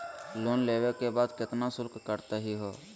Loan लेवे के बाद केतना शुल्क कटतही हो?